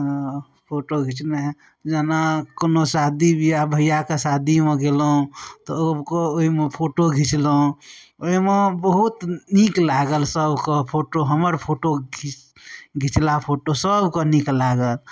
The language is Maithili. हँ फोटो घिचनाए जेना कोनो शादी बिआह भइआके शादीमे गेलहुँ तब कऽ ओहिमे फोटो घिचलहुँ ओहिमे बहुत नीक लागल सभके फोटो हमर फोटो घी घिचला फोटो सभके नीक लागल